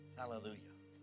hallelujah